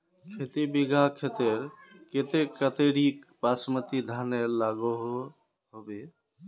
खेती बिगहा खेतेर केते कतेरी बासमती धानेर लागोहो होबे?